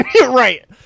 Right